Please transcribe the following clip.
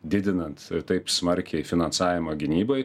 didinant taip smarkiai finansavimą gynybai